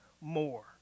more